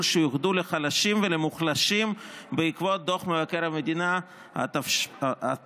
שיוחדו לחלשים ולמוחלשים בעקבות דוח מבקר המדינה התשפ"ב.